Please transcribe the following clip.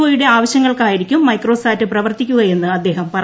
O യുടെ ആവശ്യങ്ങൾക്കായിരിക്കും microsat പ്രവർത്തിക്കുകയെന്നും അദ്ദേഹം പറഞ്ഞു